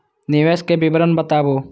निवेश के विवरण बताबू?